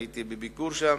הייתי בביקור שם.